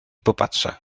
popatrzę